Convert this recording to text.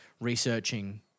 researching